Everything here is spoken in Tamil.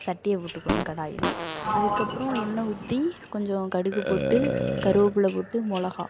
சட்டியை போட்டுக்கணும் கடாயில் அதுக்கப்புறோம் எண்ணெய் ஊற்றி கொஞ்சம் கடுகு போட்டு கருவேப்புல்ல போட்டு மிளகா